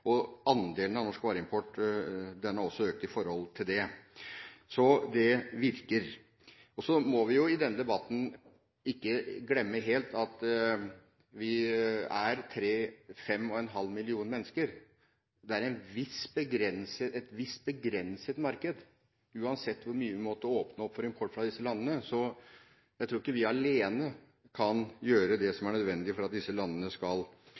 og andelen av norsk vareimport har også økt i forhold til det. Så det virker. Så må vi jo i denne debatten ikke glemme helt at vi bare er fem millioner mennesker. Det er et visst begrenset marked uansett hvor mye vi måtte åpne opp for import fra disse landene. Jeg tror ikke vi alene kan gjøre det som er nødvendig for at disse landene virkelig skal